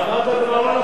עכשיו.